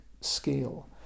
scale